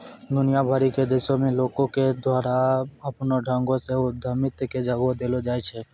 दुनिया भरि के देशो मे लोको के द्वारा अपनो ढंगो से उद्यमिता के जगह देलो जाय छै